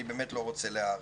אני לא אאריך.